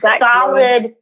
solid